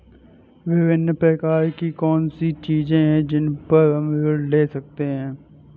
विभिन्न प्रकार की कौन सी चीजें हैं जिन पर हम ऋण ले सकते हैं?